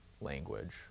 language